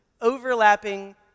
overlapping